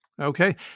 Okay